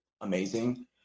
amazing